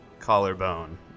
collarbone